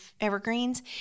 evergreens